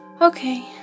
Okay